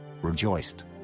rejoiced